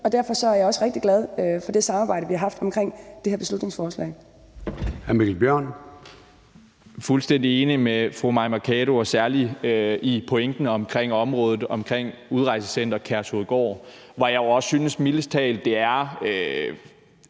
og derfor er jeg også rigtig glad for det samarbejde, vi har haft om det her beslutningsforslag.